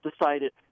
decided